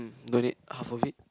donate half of it